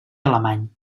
alemany